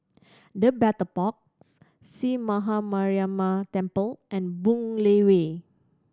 The Battle Box Sree Maha Mariamman Temple and Boon Lay Way